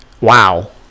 Wow